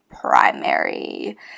primary